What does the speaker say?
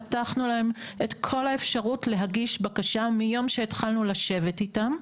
פתחנו להם את כל האפשרות להגיש בקשה מיום שהתחלנו לשבת איתם.